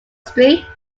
street